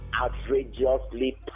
outrageously